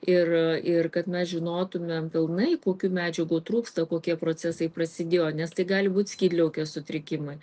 ir ir kad mes žinotumėm pilnai kokių medžiagų trūksta kokie procesai prasidėjo nes tai gali būt skydliaukės sutrikimai